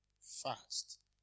Fast